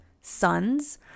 sons